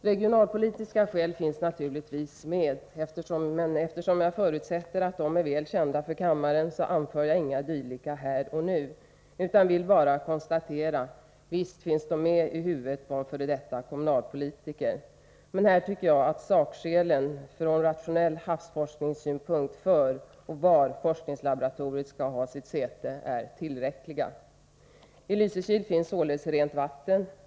Regionalpolitiska skäl finns naturligtvis, men eftersom jag förutsätter att de är väl kända för kammaren anför jag inga dylika här och nu. Jag vill bara konstatera att ”visst finns de med i huvudet på en f. d. kommunalpolitiker”. Men här tycker jag att sakskälen för var forskningslaboratoriet från rationell havsforskningssynpunkt skall ha sitt säte är tillräckliga. I Lysekil finns således rent vatten.